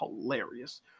hilarious